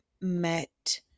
met